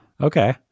Okay